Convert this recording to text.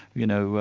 you know,